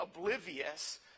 oblivious